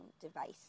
device